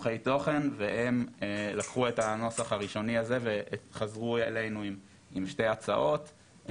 והם לקחו את הנוסח הראשוני הזה וחזרו אלינו עם שתי הצעות,